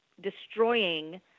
destroying